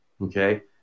okay